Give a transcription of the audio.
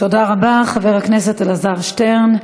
תודה רבה, חבר הכנסת אלעזר שטרן.